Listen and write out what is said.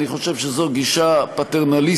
אני חושב שזו גישה פטרנליסטית,